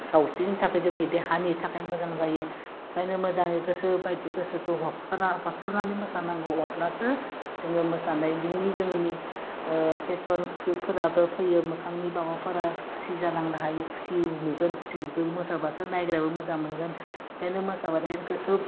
सावस्रिनि थाखाय जोंनि देहानि थाखाय मोजां जायो ओंखायनो मोजाङै गोसो बायदि गोसोखौ हखाना हसारनानै मोसानांगौ अब्लासो जोङो मोसानाय नोंनि जोंनि फेशनफोफोराबो फैयो मोखांनि माबाफोरा खुसि जानांनो हायो खुसि नुगोन खुसि मोसाबासो नायग्रायाबो मोजां मोगोन ओंखायनो मोसाबाथाइ गोसो